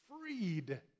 freed